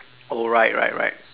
oh right right right